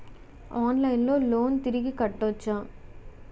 ఆన్లైన్లో లోన్ తిరిగి కట్టోచ్చా?